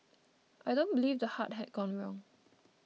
I don't believe the heart had gone wrong